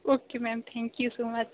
okay ma'am thank you so much